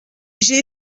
j’ai